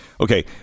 Okay